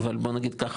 אבל בוא נגיד ככה,